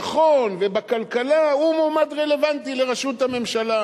ובביטחון ובכלכלה הוא מועמד רלוונטי לראשות הממשלה.